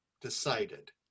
decided